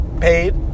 paid